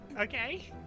Okay